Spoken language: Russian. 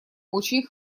очень